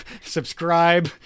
Subscribe